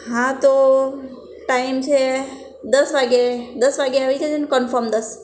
હા તો ટાઈમ છે દસ વાગે દસ વાગે આવી જજોને કન્ફોર્મ દસ